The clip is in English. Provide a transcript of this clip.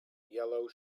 yellow